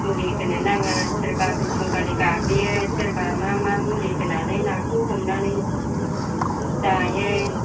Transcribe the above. मुलि होनो नाङा सोरबा बिसंगालि गाग्लियो सोरबा मा मा मुलि होनानै नाखौ हमनानै जायो